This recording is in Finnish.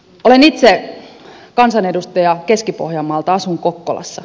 olen itse kansanedustaja keski pohjanmaalta asun kokkolassa